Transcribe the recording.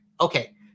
Okay